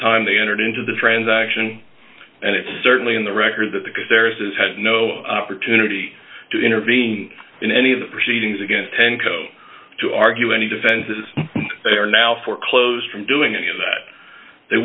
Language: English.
time they entered into the transaction and it's certainly in the record that because there is had no opportunity to intervene in any of the proceedings against ten co to argue any defenses they are now for close from doing it that they